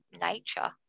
nature